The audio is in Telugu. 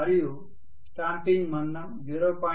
మరియు స్టాంపింగ్ మందం 0